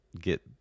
get